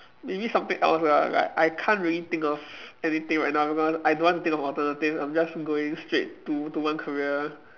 maybe something else lah like I can't really think of anything right now because I don't want think of alternatives I'm just going straight to to one career